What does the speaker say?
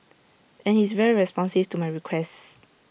and he's very responsive to my requests